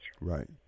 Right